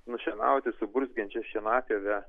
nušienauti su burzgiančiu šienapjove